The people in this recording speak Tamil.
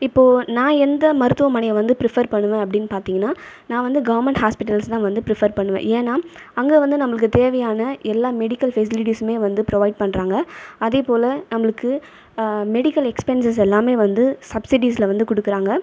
இப்போது நான் எந்த மருத்துவமனையை வந்து ப்ரிஃபர் பண்ணுவேன் அப்படின்னு பார்த்திங்கன்னா நான் வந்து கவர்மெண்ட் ஹாஸ்பிட்டல்ஸ் தான் வந்து ப்ரிஃபர் பண்ணுவேன் ஏன்னா அங்கே வந்து நம்மளுக்கு தேவையான எல்லா மெடிக்கல் ஃபெசிலிட்டிஸூமே வந்து ப்ரொவைட் பண்ணுறாங்க அதேபோல நம்மளுக்கு மெடிக்கல் எக்ஸ்பென்செஸ் எல்லாமே வந்து சப்ஸிடிஸில் வந்து கொடுக்கறாங்க